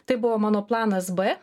tai buvo mano planas b